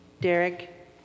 Derek